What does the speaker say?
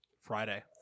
Friday